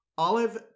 Olive